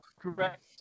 correct